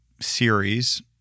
series